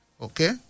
Okay